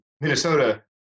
Minnesota